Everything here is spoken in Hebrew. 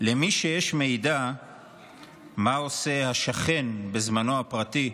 "למי שיש מידע מה עושה ה'שכן' בזמנו הפרטי,